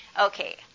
Okay